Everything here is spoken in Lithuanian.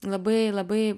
labai labai